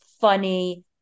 funny